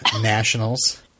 nationals